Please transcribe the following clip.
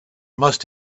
must